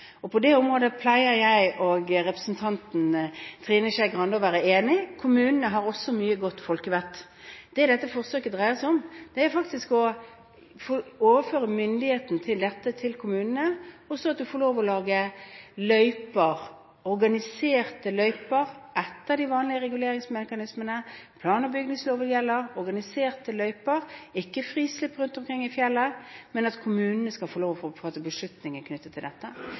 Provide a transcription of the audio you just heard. har mye godt folkevett. Det dette forsøket dreier seg om, er faktisk å overføre myndigheten med hensyn til dette til kommunene, og at man får lov til å lage organiserte løyper etter de vanlige reguleringsmekanismene – plan- og bygningsloven gjelder – ikke frislipp rundt i fjellet, men at kommunene skal få lov til å fatte beslutninger om dette.